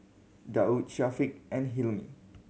Daud Syafiq and Hilmi